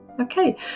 Okay